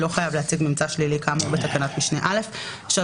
לא חייב להציג ממצא שלילי כאמור בתקנת משנה (א); (3)